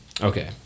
Okay